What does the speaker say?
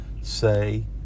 say